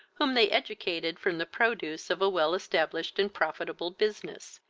whom they educated from the produce of a well established and profitable business.